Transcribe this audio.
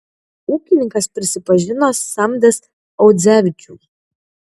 ūkininkas prisipažino samdęs audzevičių